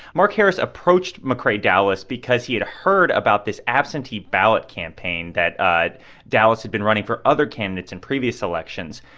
mark harris approached mccrae dowless because he had heard about this absentee ballot campaign that ah dowless had been running for other candidates in previous elections.